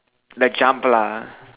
like jump lah